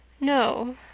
No